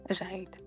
Right